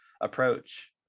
approach